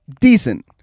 decent